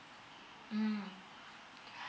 mm